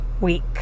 week